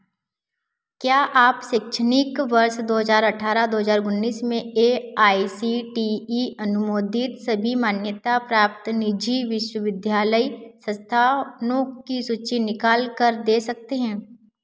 क्या आप शैक्षणिक वर्ष दो हज़ार अठारह दो हज़ार उन्नीस में A I C T E अनुमोदित सभी मान्यता प्राप्त निजी विश्वविद्यालय संस्थानों की सूची निकाल कर दे सकते हैं